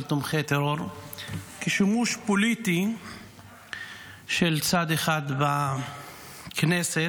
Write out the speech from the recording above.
תומכי טרור כשימוש פוליטי של צד אחד בכנסת.